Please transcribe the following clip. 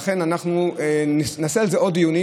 אנחנו נעשה על זה עוד דיונים,